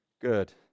Good